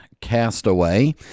castaway